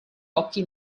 occhi